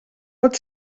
pot